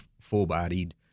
full-bodied